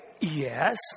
Yes